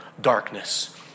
darkness